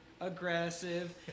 aggressive